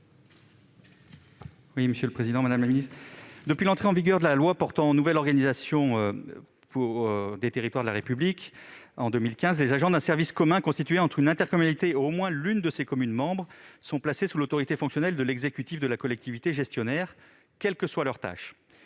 présenter l'amendement n° 214 rectifié. Depuis l'entrée en vigueur de la loi de 2015 portant nouvelle organisation territoriale de la République, les agents d'un service commun constitué entre une intercommunalité et au moins l'une de ses communes membres sont placés sous l'autorité fonctionnelle de l'exécutif de la collectivité gestionnaire, quelles que soient leurs tâches.